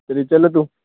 तर्हि चलतु